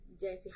dirty